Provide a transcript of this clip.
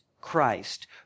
Christ